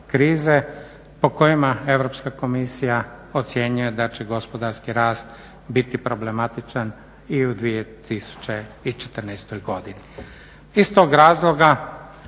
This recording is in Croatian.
krize po kojima Europska komisija ocjenjuje da će gospodarski rast biti problematičan i u 2014. godini.